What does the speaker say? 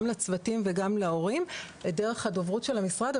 גם לצוותים וגם להורים דרך הדוברות של המשרד.